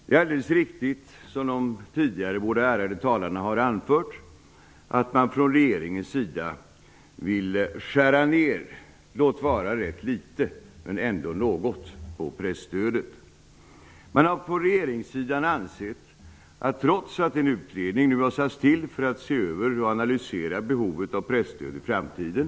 Det är alldeles riktigt, som de båda tidigare talarna har anfört, att man från regeringens sida vill skära ned låt vara litet, men ändå något, på presstödet. En utredning har tillsatts för att se över och analysera behovet av presstöd i framtiden.